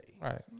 Right